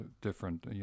different